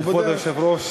כבוד היושב-ראש